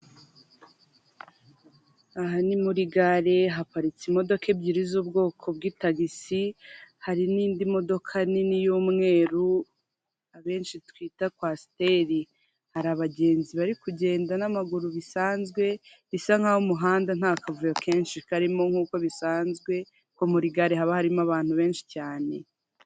Aha ni muri gare haparitse imodoka ebyiri z'ubwoko bw'itagisi hari n'indi modoka nini y'umweru abenshi twita coasiteri hari abagenzi bari kugenda n'amaguru bisanzwe bisa nkaho umuhanda nta kavuyo kenshi karimo nk'ibisanzwe kuko muri gare haba harimo abantu benshi cyane .